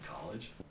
college